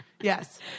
Yes